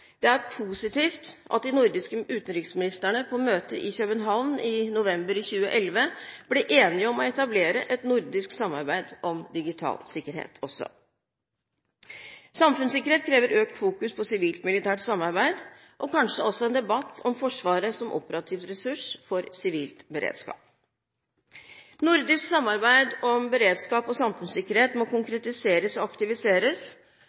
Det er positivt at de nordiske utenriksministrene på møtet i København i november i 2011 ble enige om å etablere et nordisk samarbeid om digital sikkerhet også. Samfunnssikkerhet krever økt fokus på sivilt-militært samarbeid og kanskje også en debatt om Forsvaret som operativ ressurs for sivil beredskap. Nordisk samarbeid om beredskap og samfunnssikkerhet må konkretiseres og aktiviseres.